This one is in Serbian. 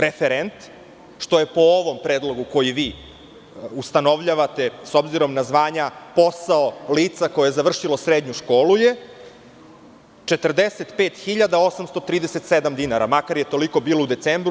Referent, koji po ovom predlogu koji vi ustanovljavate, s obzirom na zvanje posla lica koje je završilo srednju školu je 45.837 dinara, makar je toliko bilo u decembru.